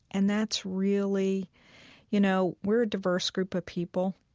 and that's really you know, we're a diverse group of people